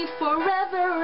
forever